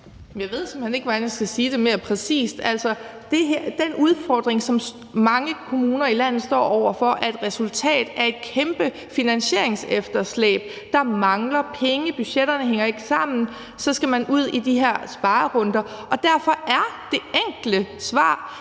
jeg ved simpelt hen ikke, hvordan jeg skal sige det mere præcist. Den udfordring, som mange kommuner i landet står over for, er et resultat af et kæmpe finansieringsefterslæb. Der mangler penge, budgetterne hænger ikke sammen, og så skal man ud i de her sparerunder. Derfor er det enkle svar,